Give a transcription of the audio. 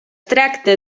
tracta